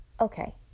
okay